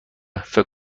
فکر